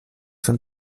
von